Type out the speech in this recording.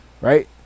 Right